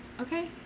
Okay